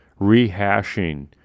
rehashing